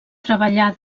treballà